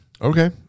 Okay